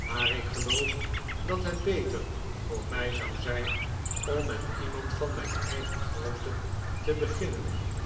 maar ik geloof dat het beter voor mij zou zijn om met iemand van mijn eigen grootte te beginnen